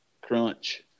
crunch